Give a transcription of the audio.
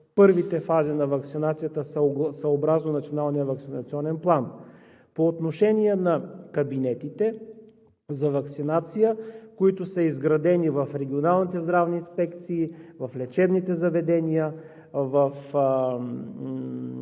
първите фази на ваксинацията съобразно Националния ваксинационен план. По отношение на кабинетите за ваксинации, които са изградени в регионалните здравни инспекции, в лечебните заведения, в мобилните